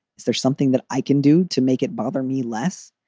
is there something that i can do to make it bother me less?